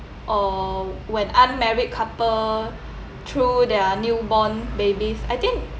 or when unmarried couple threw their newborn babies I think